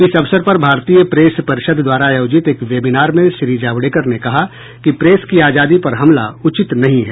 इस अवसर पर भारतीय प्रेस परिषद द्वारा आयोजित एक वेबिनार में श्री जावड़ेकर ने कहा कि प्रेस की आजादी पर हमला उचित नहीं है